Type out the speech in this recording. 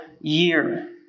year